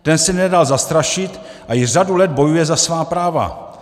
Ten se nedal zastrašit a již řadu let bojuje za svá práva.